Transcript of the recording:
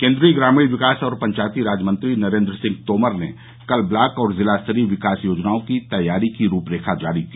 केन्द्रीय ग्रामीण विकास और पंचायती राज मंत्री नरेंद्र सिंह तोमर ने कल ब्लॉक और जिला स्तरीय विकास योजनाओं की तैयारी की रूपरेखा जारी की